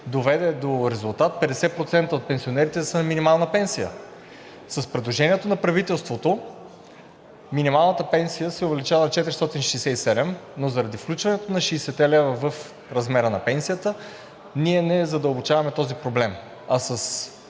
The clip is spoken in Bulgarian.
доведе до резултат 50% от пенсионерите да са на минимална пенсия. С предложението на правителството минималната пенсия се увеличава на 467 лв., но заради включването на 60-те лева в размера на пенсията, ние не задълбочаваме този проблем, а с